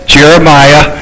Jeremiah